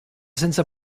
senza